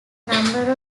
number